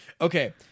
Okay